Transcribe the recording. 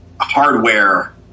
hardware